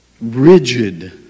rigid